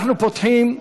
אנחנו פותחים.